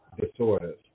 disorders